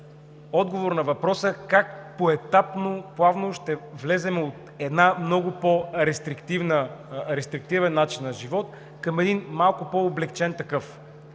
отговор на въпроса как поетапно, плавно ще влезем от един много по рестриктивен начин на живот към един малко по-облекчен такъв,